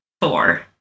four